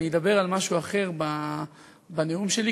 אני אדבר על משהו אחר בנאום שלי,